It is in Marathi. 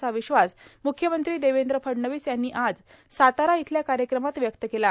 असा विश्वास म्ख्यमंत्री देवेंद्र फडणवीस यांनी आज सातारा इथल्या कार्यक्रमात व्यक्त केला